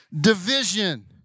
division